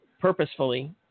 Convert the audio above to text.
purposefully